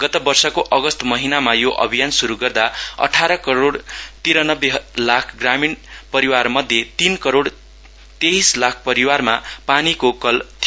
गत वर्षको अगस्त महिनमा यो अभियान शुरू गर्दा अठार करोड़ तीरनब्बे लाख ग्रामीण परिवारमध्ये तीन करोड़ तेहीस लाख परिवारमा पानीको कल थियो